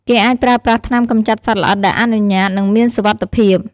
គេអាចប្រើប្រាស់ថ្នាំកម្ចាត់សត្វល្អិតដែលអនុញ្ញាត និងមានសុវត្ថិភាព ។